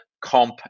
comp